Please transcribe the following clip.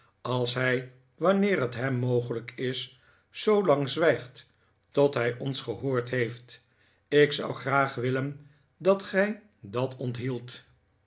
als hij wanneer t hem mogelijk is zoolang zwijgt tot hij ons gehoord heeft ik zou graag willen dat